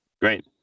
Great